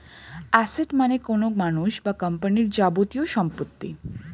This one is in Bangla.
অ্যাসেট মানে কোনো মানুষ বা কোম্পানির যাবতীয় সম্পত্তি